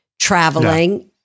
traveling